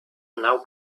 now